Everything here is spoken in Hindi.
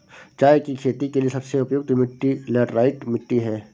चाय की खेती के लिए सबसे उपयुक्त मिट्टी लैटराइट मिट्टी है